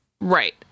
Right